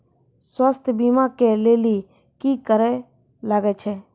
स्वास्थ्य बीमा के लेली की करे लागे छै?